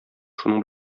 шуның